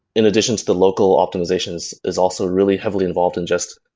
in addition to the local optimizations is also really heavily involved in just,